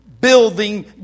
building